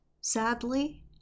sadly